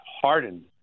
hardened